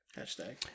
Hashtag